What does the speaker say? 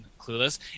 Clueless